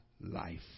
life